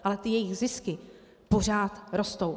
Ale ty jejich zisky pořád rostou.